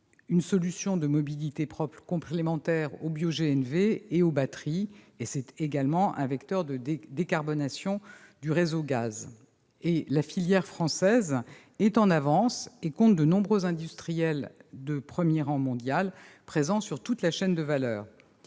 une solution de mobilité propre complémentaire au bio-GNV et aux batteries et c'est également un vecteur de décarbonation du réseau gaz. La filière française est en avance et compte de nombreux industriels de premier rang mondial, présents sur toute la chaîne de valeur.